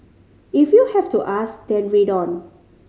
if you have to ask then read on